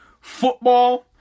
football